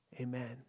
amen